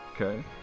Okay